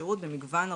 שירות במגוון ערוצים.